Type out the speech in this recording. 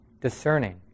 discerning